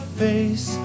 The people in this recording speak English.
face